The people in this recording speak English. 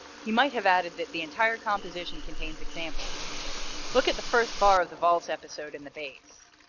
he might have added that the entire composition contains examples look at the first bar of the valse episode in the bass.